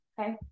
Okay